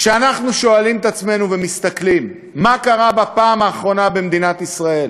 כשאנחנו שואלים את עצמנו ומסתכלים מה קרה במדינת ישראל